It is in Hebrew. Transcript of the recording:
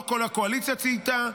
לא כל הקואליציה צייתה,